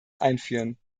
einführen